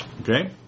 Okay